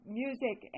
music